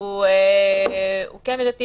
הוא כן מידתי.